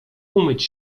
umyć